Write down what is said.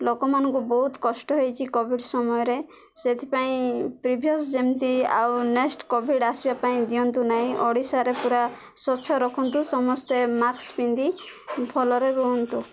ଲୋକମାନଙ୍କୁ ବହୁତ କଷ୍ଟ ହେଇଛି କୋଭିଡ଼୍ ସମୟରେ ସେଥିପାଇଁ ପ୍ରିଭିଅସ୍ ଯେମିତି ଆଉ ନେଷ୍ଟ୍ କୋଭିଡ଼୍ ଆସିବା ପାଇଁ ଦିଅନ୍ତୁ ନାହିଁ ଓଡ଼ିଶାରେ ପୁରା ସ୍ୱଚ୍ଛ ରଖନ୍ତୁ ସମସ୍ତେ ମାସ୍କ୍ ପିନ୍ଧି ଭଲରେ ରୁହନ୍ତୁ